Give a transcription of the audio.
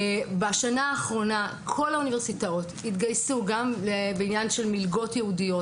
בשנה האחרונה כל האוניברסיטאות התגייסו לטובת מלגות ייעודיות